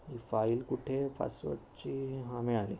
ही file कुठे आहे पासवडची हां मिळाली